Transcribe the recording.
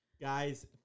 Guys